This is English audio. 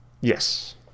Yes